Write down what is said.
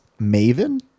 maven